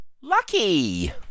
Lucky